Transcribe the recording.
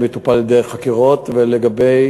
מתוכם שבעה אירועים החשודים כהצתה,